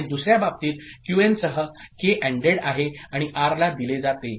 आणि दुसर्या बाबतीत क्यूएन सह के अँड्ड आहे आणि आरला दिले जाते